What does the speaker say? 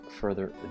further